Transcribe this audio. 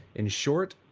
in short,